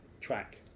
track